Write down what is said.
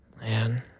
Man